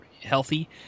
healthy